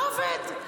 לא עובד.